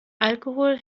alkohol